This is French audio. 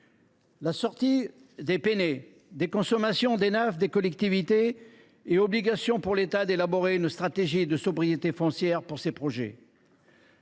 la sortie des Pene des consommations d’Enaf des collectivités et l’obligation pour l’État d’élaborer une stratégie de sobriété foncière pour ces projets.